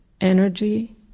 energy